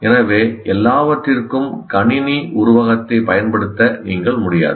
எனவே எல்லாவற்றிற்கும் கணினி உருவகத்தைப் பயன்படுத்த நீங்கள் முடியாது